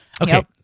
okay